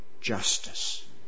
justice